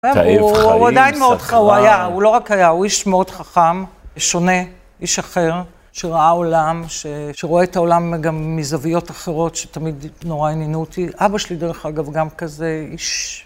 הוא עדיין מאוד חכם, הוא היה, הוא לא רק היה, הוא איש מאוד חכם, שונה, איש אחר, שראה עולם, שרואה את העולם גם מזוויות אחרות, שתמיד נורא עניינו אותי. אבא שלי דרך אגב גם כזה איש.